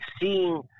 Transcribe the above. seeing –